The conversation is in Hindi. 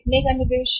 कितना है निवेश